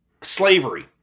Slavery